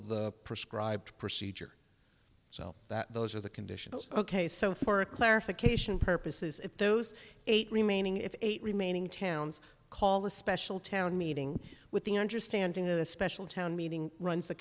the prescribed procedure so that those are the conditions ok so for clarification purposes if those eight remaining if eight remaining towns call the special town meeting with the understanding that a special town meeting runs the